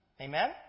Amen